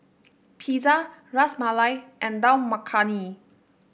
Pizza Ras Malai and Dal Makhani